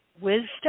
Wisdom